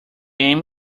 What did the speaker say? aim